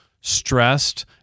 stressed